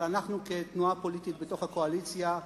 אבל אנחנו, כתנועה פוליטית בתוך הקואליציה,